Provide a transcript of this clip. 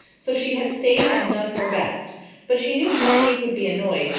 so she had stayed and done her best but she knew how kate would be annoyed,